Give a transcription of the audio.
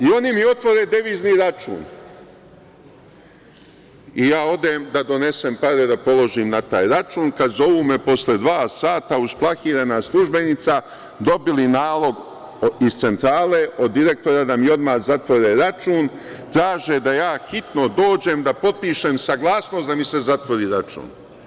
I, oni mi otvore devizni račun i ja odem da donesem pare da položim na taj račun, kad zovu me posle dva sata, usplahirena službenica, dobili nalog iz centrale, od direktora da mi odmah zatvore račun, traže da je hitno dođem da potpišem saglasnost da mi se zatvori račun.